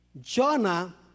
Jonah